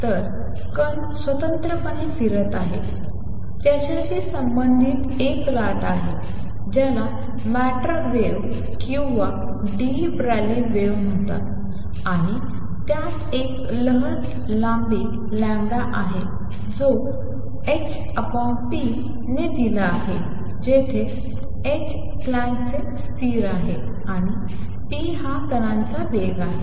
तर कण स्वतंत्रपणे फिरत आहे त्याच्याशी संबंधित एक लाट आहे ज्याला मॅटर वेव्ह किंवा डी ब्रॉग्ली वेव्ह म्हणतात आणि त्यात एक लहर लांबी लॅम्बडा आहे जो hp ने दिले आहे जेथे h प्लॅंकचे स्थिर आहे आणि p हा कणांचा वेग आहे